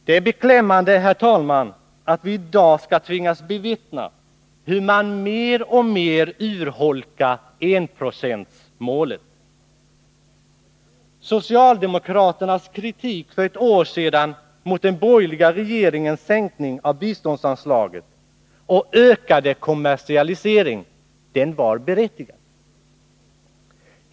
Det är beklämmande, herr talman, att vi i dag skall tvingas bevittna hur man mer och mer urholkar enprocentsmålet. Socialdemokraternas kritik för ett år sedan mot den borgerliga regeringens sänkning av biståndsanslaget och mot den ökade kommersialiseringen var berättigad.